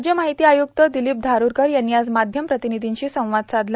राज्य माहिती आयुक्त दिलीप धारूरकर यांनी आज माध्यम प्रतिनिधींशी संवाद साधला